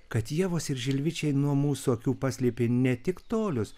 kad ievos ir žilvičiai nuo mūsų akių paslėpė ne tik tolius